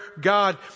God